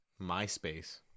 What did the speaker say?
MySpace